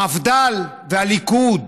המפד"ל והליכוד